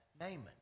Naaman